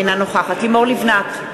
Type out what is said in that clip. אינה נוכחת לימור לבנת,